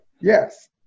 yes